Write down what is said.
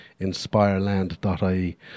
inspireland.ie